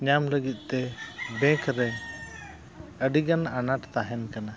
ᱧᱟᱢ ᱞᱟᱹᱜᱤᱫᱛᱮ ᱵᱮᱝᱠ ᱨᱮ ᱟᱹᱰᱤᱜᱟᱱ ᱟᱱᱟᱴ ᱛᱟᱦᱮᱱ ᱠᱟᱱᱟ